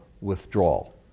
withdrawal